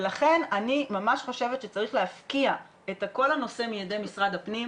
לכן אני ממש חושבת שצריך להפקיע את כל הנושא מידי משרד הפנים,